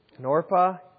Norpa